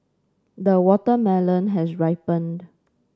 the watermelon has ripened